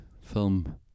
film